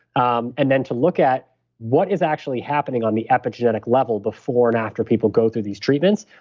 um and then to look at what is actually happening on the epigenetic level before and after people go through these treatments,